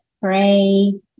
pray